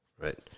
right